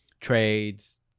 trades